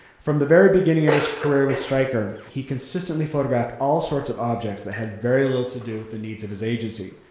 from the very beginning of his career with stryker, he consistently photographed all sorts of objects that had very little to do with the needs of his agency.